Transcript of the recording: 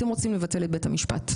אתם רוצים לבטל את בית המשפט.